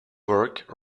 work